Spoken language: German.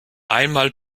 einmal